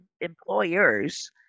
employers